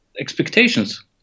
expectations